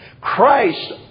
Christ